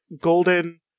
golden